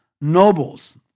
nobles